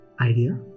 Idea